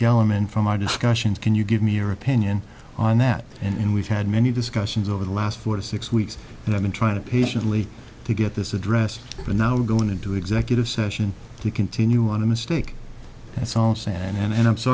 element from our discussion can you give me your opinion on that and we've had many discussions over the last four to six weeks and i've been trying to patiently to get this address and now going into executive session to continue on a mistake that's all said and